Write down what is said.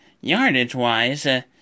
yardage-wise